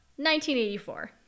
1984